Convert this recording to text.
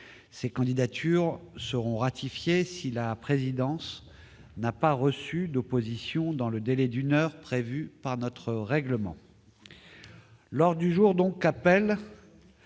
Ces candidatures seront ratifiées si la présidence n'a pas reçu d'opposition dans le délai d'une heure prévu par notre règlement. L'ordre du jour appelle